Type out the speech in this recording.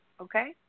okay